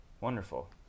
wonderful